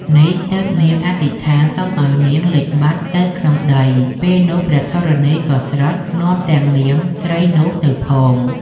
នេះទើបនាងអធិដ្ឋានសុំឲ្យនាងលិចបាត់ទៅក្នុងដី ពេលនោះ ព្រះធរណីក៏ស្រុតនាំទាំងនាងស្រីនោះទៅផង។